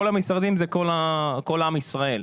כל המשרדים זה כל עם ישראל.